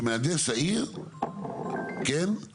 שמהנדס העיר, כן?